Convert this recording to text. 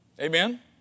Amen